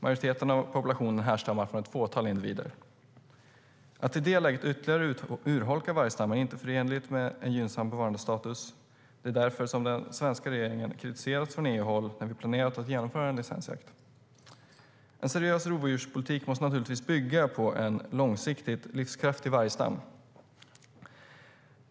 Majoriteten av populationen härstammar från ett fåtal individer. Att i det läget ytterligare urholka vargstammen är inte förenligt med en gynnsam bevarandestatus. Det är därför som den svenska regeringen kritiseras från EU-håll när vi har planerat att genomföra en licensjakt. En seriös rovdjurspolitik måste naturligtvis bygga på en långsiktigt livskraftig vargstam.